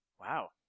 Wow